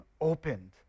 opened